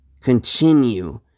continue